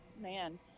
man